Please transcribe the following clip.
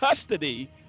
custody